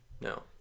No